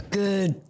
good